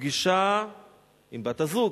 פגישה עם בת-הזוג,